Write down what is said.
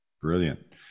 Brilliant